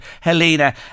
helena